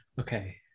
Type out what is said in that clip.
okay